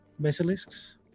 Basilisks